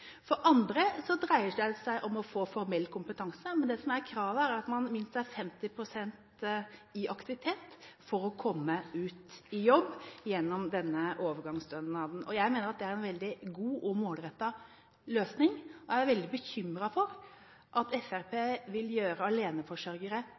for andre dreier det seg om å få formell kompetanse. Men det som er kravet, er at man er minst 50 pst. i aktivitet for å komme ut i jobb gjennom denne overgangsstønaden. Jeg mener at det er en veldig god og målrettet løsning, og jeg er veldig bekymret for at